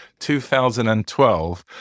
2012